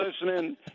listening